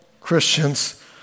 Christians